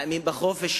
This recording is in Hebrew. מאמין בחופש,